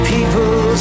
People